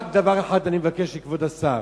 רק דבר אחד אני מבקש מכבוד השר.